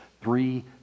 three